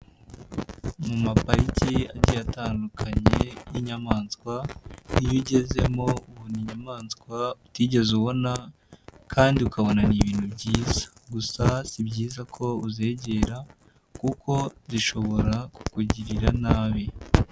Mu mapariki agiye atandukanye y'inyamaswa, iyo ugezemo ubona inyamaswa utigeze ubona kandi ukabona ni ibintu byiza, gusa si byiza ko uzegera kuko zishobora kukugirira nabi.